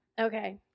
Okay